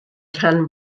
rhan